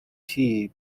tea